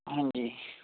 ਹਾਂਜੀ